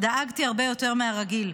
דאגתי הרבה יותר מהרגיל.